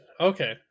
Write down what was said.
okay